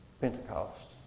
Pentecost